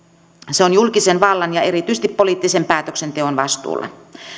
se on julkisen vallan ja erityisesti poliittisen päätöksenteon vastuulla